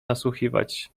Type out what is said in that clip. nasłuchiwać